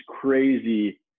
crazy